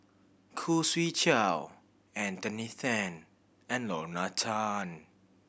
Khoo Swee Chiow Anthony Then and Lorna Tan